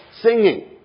Singing